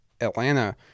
Atlanta